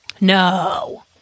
no